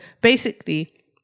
basically-